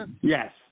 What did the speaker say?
Yes